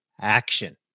action